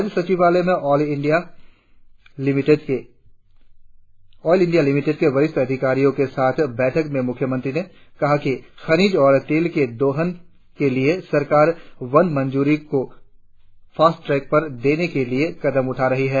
राज्य सचिवालय में ऑल इंडिया लिमिटेड के वरिष्ट अधिकारियों के साथ बैठक में मुख्यमंत्री ने कहा कि खनिज और तेल के दौहन के लिए सरकार वन मंजूरी को फास्ट ट्रेक पर देने के लिए कदम उठा रही है